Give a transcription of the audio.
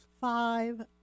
five